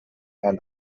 and